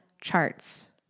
charts